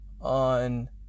on